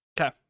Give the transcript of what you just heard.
Okay